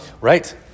Right